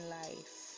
life